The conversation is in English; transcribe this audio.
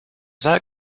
that